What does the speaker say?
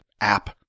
app